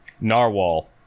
Narwhal